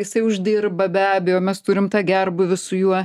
jisai uždirba be abejo mes turim tą gerbūvį su juo